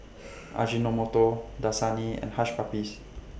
Ajinomoto Dasani and Hush Puppies